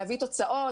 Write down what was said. להביא תוצאות.